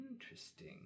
Interesting